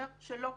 אומר שלא.